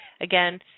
again